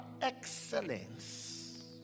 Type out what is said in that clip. excellence